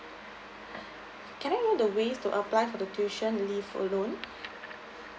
can I know the ways to apply for the tuition fee loan